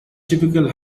typical